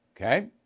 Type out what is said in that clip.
Okay